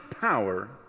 power